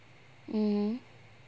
mmhmm